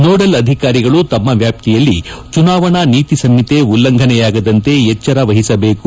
nodal ಅಧಿಕಾರಿಗಳು ತಮ್ಮ ವ್ಯಾಪ್ತಿಯಲ್ಲಿ ಚುನಾವಣಾ ನೀತಿ ಸಂಹಿತೆ ಉಲ್ಲಂಘನೆಯಾಗದಂತೆ ಎಚ್ಚರವಹಿಸಬೇಕು